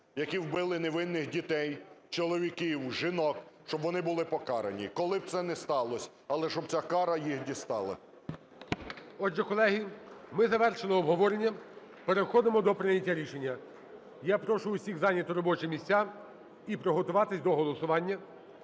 які вбили невинних дітей, чоловіків, жінок, щоб вони були покарані коли б це не сталося, але щоб ця кара їх дістала. ГОЛОВУЮЧИЙ. Отже, колеги, ми завершили обговорення, переходимо до прийняття рішення. Я прошу усіх зайняти робочі місця і приготуватися до голосування,